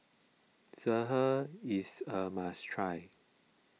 Sireh is a must try